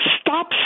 Stop